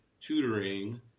tutoring